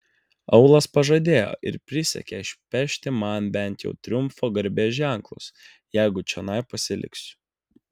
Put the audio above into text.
aulas pažadėjo ir prisiekė išpešti man bent jau triumfo garbės ženklus jeigu čionai pasiliksiu